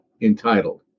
entitled